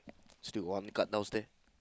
still got one cut downstairs